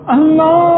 Allah